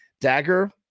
Dagger